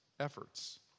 efforts